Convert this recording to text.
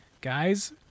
Guys